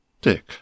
Dick